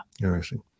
Interesting